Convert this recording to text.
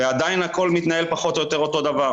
ועדיין הכול מתנהל פחות או יותר אותו דבר.